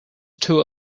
two